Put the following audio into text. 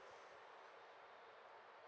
okay